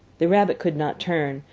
the rabbit could not turn,